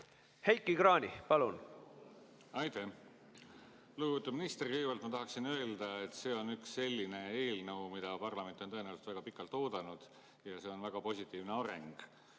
Heiki Kranich, palun! Aitäh! Lugupeetud minister! Kõigepealt ma tahaksin öelda, et see on üks selline eelnõu, mida parlament on tõenäoliselt väga pikalt oodanud, ja see on väga positiivne areng,